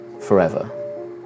forever